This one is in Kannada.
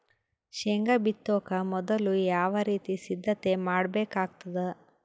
ಶೇಂಗಾ ಬಿತ್ತೊಕ ಮೊದಲು ಯಾವ ರೀತಿ ಸಿದ್ಧತೆ ಮಾಡ್ಬೇಕಾಗತದ?